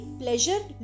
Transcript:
pleasure